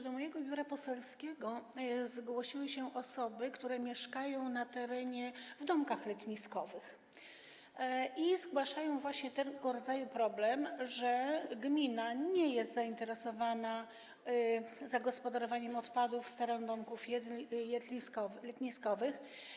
Do mojego biura poselskiego zgłosiły się osoby, które mieszkają w domkach letniskowych i zgłaszają właśnie tego rodzaju problem, że gmina nie jest zainteresowana zagospodarowaniem odpadów z terenu domków letniskowych.